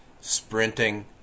Sprinting